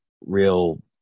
real